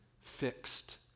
fixed